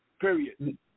period